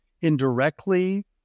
indirectly